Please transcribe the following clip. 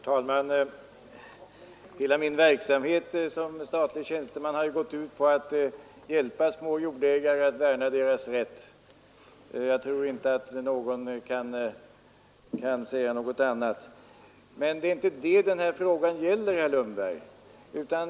Herr talman! Min verksamhet som statens tjänsteman har till stor del gått ut på att hjälpa småjordbrukare att värna deras rätt. Jag tror inte att någon kan säga något annat. Men det är inte det den här frågan gäller, herr Lundberg.